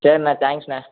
சரிண்ணே தேங்க்ஸ்ண்ணே